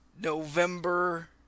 November